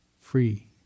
free